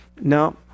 Now